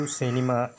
cinema